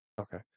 Okay